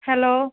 hello